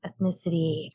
ethnicity